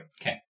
Okay